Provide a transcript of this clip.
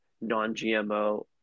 non-gmo